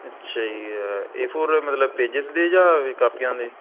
ਅੱਛਾ ਜੀ ਆ ਏ ਫੋਰ ਮਤਲਬ ਪੇਜਸ ਦੇ ਜਾਂ ਵੀ ਕਾਪੀਆਂ ਦੇ